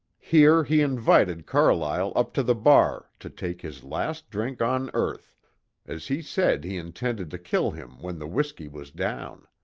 here he invited carlyle up to the bar to take his last drink on earth as he said he intended to kill him when the whiskey was down.